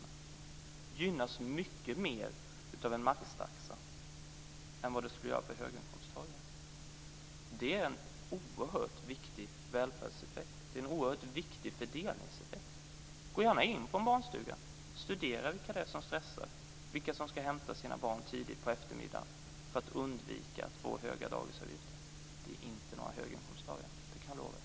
De gynnas mycket mer än höginkomsttagarna av en maxtaxa. Det är en oerhört viktig välfärds och fördelningseffekt. Gå gärna in på en barnstuga och studera vilka det är som stressar, vilka som hämtar sina barn tidigt på eftermiddagen för att undvika att få höga dagisavgifter! Jag kan lova att det inte är några höginkomsttagare.